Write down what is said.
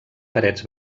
parets